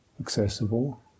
accessible